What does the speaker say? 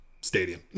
stadium